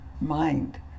mind